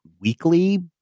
weekly